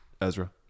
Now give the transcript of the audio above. Ezra